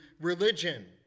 religion